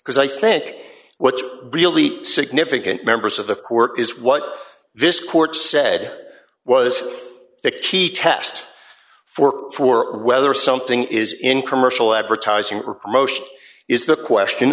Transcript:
because i think what's really significant members of the court is what this court said was the key test for for whether something is in commercial advertising or promotion is the question